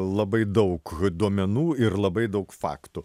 labai daug duomenų ir labai daug faktų